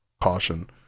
caution